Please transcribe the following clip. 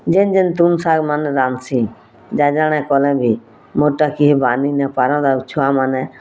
ଯେନ୍ ଯେନ୍ ତୁନ୍ ଶାଗ୍ ମାନେ ରାନ୍ଧସିଁ ଯା ଜଣେ କଁଲେବି ମୋର୍ ଟା କିହି ବାନି ନିପାରନ୍ ଆଉ ଛୁଆମାନେ